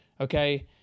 Okay